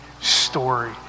story